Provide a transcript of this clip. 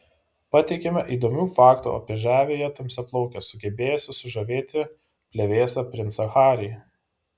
pateikiame įdomių faktų apie žaviąją tamsiaplaukę sugebėjusią sužavėti plevėsą princą harry